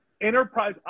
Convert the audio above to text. enterprise –